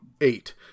eight